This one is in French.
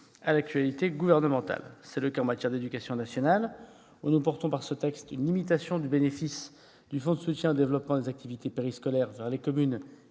à l'actualité gouvernementale. C'est le cas en matière d'éducation, où nous instaurons une limitation du bénéfice du fonds de soutien au développement des activités périscolaires vers les communes